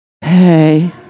Hey